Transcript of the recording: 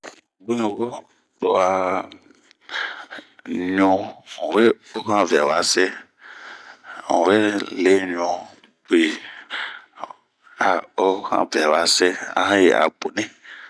Bun yi wo to a ɲu nwe o han vɛwa se, n'we le ɲu bwi, a oo han vɛwa se ,han yi ɛ boni.